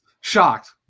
Shocked